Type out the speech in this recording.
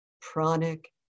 pranic